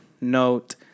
note